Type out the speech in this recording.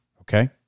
Okay